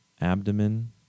abdomen